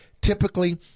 typically